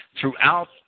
throughout